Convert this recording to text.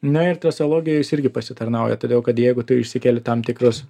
na ir trasologijoj jis irgi pasitarnauja todėl kad jeigu tu išsikelti tam tikrus